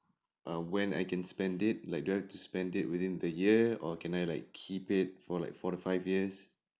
err when I can spend it like do I have to spend it within the year or can I like keep it for like four to five years